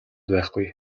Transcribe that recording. байхгүй